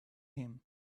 him